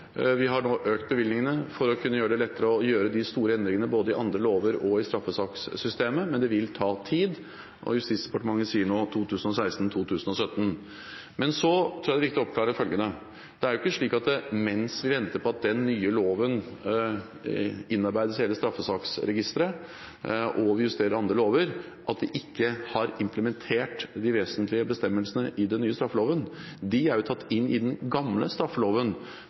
Vi har nå økt bevilgningene for å kunne gjøre det lettere å gjøre de store endringene både i andre lover og i straffesakssystemet, men det vil ta tid. Justisdepartementet sier nå 2016, 2017. Jeg tror det er viktig å oppklare følgende: Det er ikke slik at vi mens vi venter på at den nye loven innarbeides i hele straffesaksregisteret, og vi justerer andre lover, ikke har implementert de vesentligste bestemmelsene i den nye straffeloven. De er tatt inn i den gamle straffeloven.